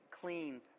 clean